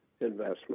investment